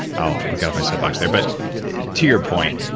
i'll i'll go out of my soapbox there. but to your point,